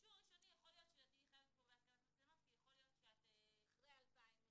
האישור הראשוני יכול להיות שאת תהיי חייבת בו בהתקנת